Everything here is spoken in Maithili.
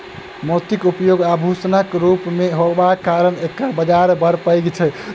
मोतीक उपयोग आभूषणक रूप मे होयबाक कारणेँ एकर बाजार बड़ पैघ छै